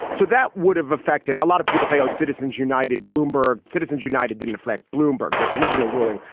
so that would have affected a lot of people say, oh, citizens united, bloomberg, citizens united didn't reflect bloomberg. that's original ruling.